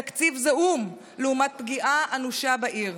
תקציב זעום לעומת פגיעה אנושה בעיר.